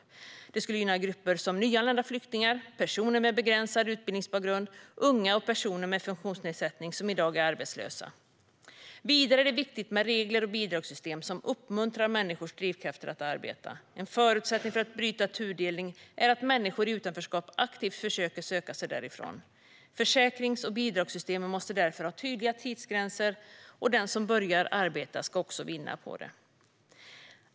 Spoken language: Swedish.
Detta skulle gynna grupper som nyanlända flyktingar, personer med begränsad utbildningsbakgrund, unga och personer med funktionsnedsättning som i dag är arbetslösa. Vidare är det viktigt med regler och bidragssystem som uppmuntrar människors drivkrafter att arbeta. En förutsättning för att bryta tudelningen är att människor i utanförskap aktivt försöker söka sig därifrån. Försäkrings och bidragssystemen måste därför ha tydliga tidsgränser, och den som börjar arbeta ska också vinna på det.